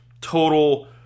total